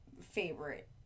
favorite